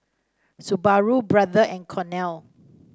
Subaru Brother and Cornell